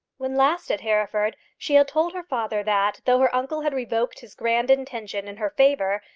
when last at hereford, she had told her father that, though her uncle had revoked his grand intention in her favour,